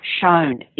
shown